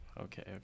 Okay